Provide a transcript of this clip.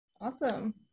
Awesome